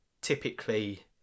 typically